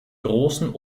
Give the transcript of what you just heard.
großen